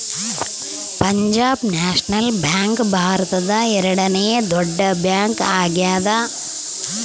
Punjab national bank ಭಾರತದ ಎರಡನೆ ದೊಡ್ಡ ಬ್ಯಾಂಕ್ ಆಗ್ಯಾದ